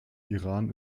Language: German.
iran